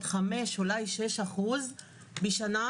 5% אולי 6% בשנה.